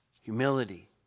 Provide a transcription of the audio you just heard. humility